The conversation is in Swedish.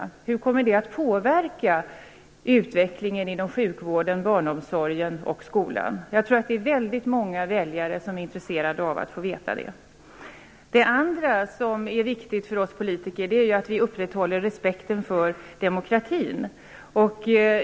Hur kommer det att påverka utvecklingen inom sjukvården, barnomsorgen och skolan? Jag tror att det är många väljare som är intresserade av att få veta det. Det andra som är viktigt för oss politiker är att vi upprätthåller respekten för demokratin.